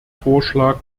vorschlag